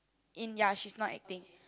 in ya she's not acting